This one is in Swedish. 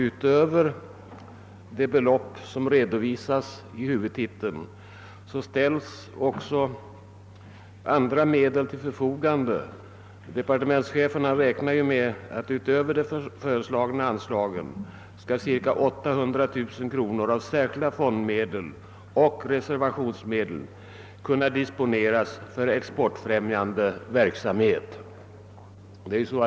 Utöver det belopp som nu redovisas i huvudtiteln ställs också andra medel till förfogande. Departementschefen räknar med att förutom de föreslagna anslagen ca 800000 kr. av särskilda fondmedel och reservationsmedel skall kunna disponeras för exportfrämjande verksamhet.